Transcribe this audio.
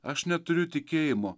aš neturiu tikėjimo